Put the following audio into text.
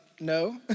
no